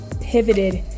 pivoted